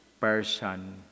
person